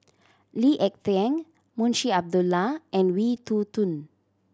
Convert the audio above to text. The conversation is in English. Lee Ek Tieng Munshi Abdullah and Wee Toon Boon